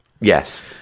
yes